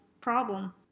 problem